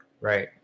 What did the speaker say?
Right